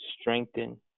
strengthen